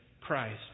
Christ